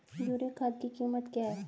Urea खाद की कीमत क्या है?